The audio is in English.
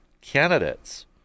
candidates